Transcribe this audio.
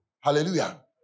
Hallelujah